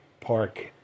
park